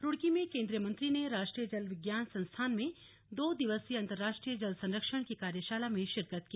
रूड़की पहुंचे केंद्रीय मंत्री ने राष्ट्रीय जलविज्ञान संस्थान में दो दिवसीय अंतरराष्ट्रीय जल संरक्षण की कार्यशाला में शिरकत की